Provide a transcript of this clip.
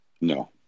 No